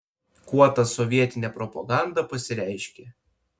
kuo ta sovietinė propaganda pasireiškė